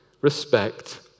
respect